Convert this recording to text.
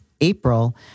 April